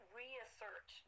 reassert